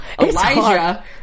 Elijah